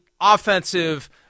offensive